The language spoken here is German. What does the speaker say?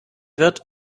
wird